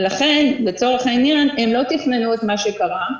ולכן, לצורך העניין, הם לא תכננו את מה שקרה.